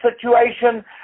situation